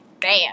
bam